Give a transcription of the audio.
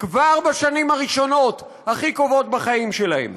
כבר בשנים הראשונות, הכי קובעות בחיים שלהם.